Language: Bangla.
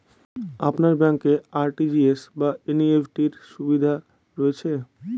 আপনার ব্যাংকে আর.টি.জি.এস বা এন.ই.এফ.টি র সুবিধা রয়েছে?